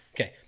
okay